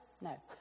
No